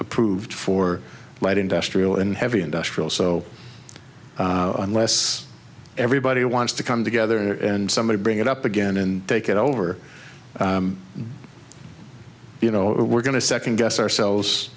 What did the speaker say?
approved for light industrial and heavy industrial so unless everybody wants to come together and somebody bring it up again and take it over you know we're going to second guess ourselves